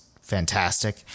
fantastic